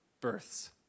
births